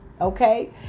Okay